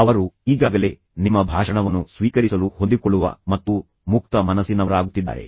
ಅವರು ಈಗಾಗಲೇ ನಿಮ್ಮ ಭಾಷಣವನ್ನು ಸ್ವೀಕರಿಸಲು ಹೊಂದಿಕೊಳ್ಳುವ ಮತ್ತು ಮುಕ್ತ ಮನಸ್ಸಿನವರಾಗುತ್ತಿದ್ದಾರೆ